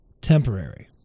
temporary